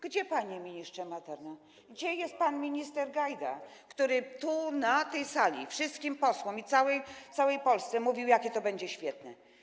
Gdzie, panie ministrze Materna, jest pan minister Gajda, który tu, na tej sali, wszystkim posłom i całej Polsce mówił, jakie to będzie świetne?